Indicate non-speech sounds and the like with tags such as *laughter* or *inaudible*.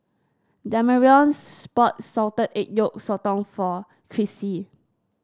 Damarion *unintelligible* bought Salted Egg Yolk Sotong for Chrissie